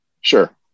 Sure